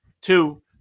Two